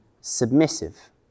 submissive